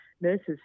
nurses